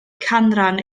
canran